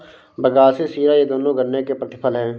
बगासी शीरा ये दोनों गन्ने के प्रतिफल हैं